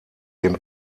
dem